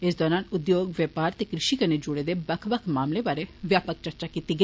इस दौरान उद्योग बपार ते कृशि कन्नै जुड़े दे बक्ख बक्ख मामलें बारै व्यापक चर्चा होई